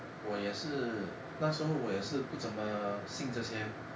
我也是那时候我也是不怎么信这些